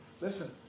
Listen